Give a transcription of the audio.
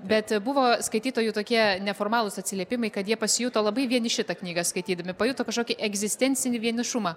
bet buvo skaitytojų tokie neformalūs atsiliepimai kad jie pasijuto labai vieniši tą knygą skaitydami pajuto kažkokį egzistencinį vienišumą